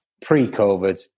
pre-COVID